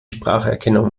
spracherkennung